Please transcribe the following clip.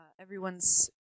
Everyone's